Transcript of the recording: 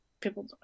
people